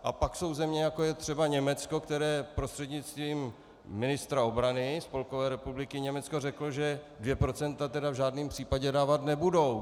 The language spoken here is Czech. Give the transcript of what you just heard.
A pak jsou země, jako je třeba Německo, které prostřednictvím ministra obrany Spolkové republiky Německo řeklo, že dvě procenta v žádném případě dávat nebudou.